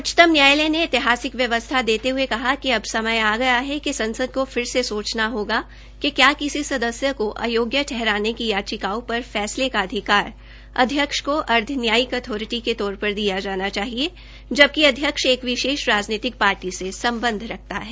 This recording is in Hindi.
उच्चतम न्यायालय ने ऐतिहासिक व्यवस्था देते हये कहा कि अब समय आ गया है कि संसद को फिर से सोचना होगा कि किसी सदस्य को अयोग्य ठहराने की याचिकाओं पर फैसले का अधिकार अध्यक्ष को अर्दव न्यायिक अथारिटी के तौर पर दिया जाना चाहिए जबकि अध्यक्ष एक विशेष राजनीतिक पार्टी से सम्बध रखता है